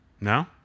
no